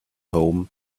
home